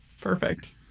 perfect